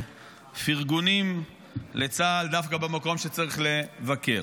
ופרגונים לצה"ל דווקא במקום שצריך לבקר.